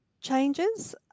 changes